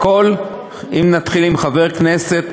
אם נתחיל עם חבר כנסת,